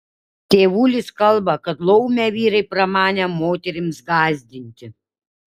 tėvulis kalba kad laumę vyrai pramanė moterims gąsdinti